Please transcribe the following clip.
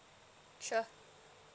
sure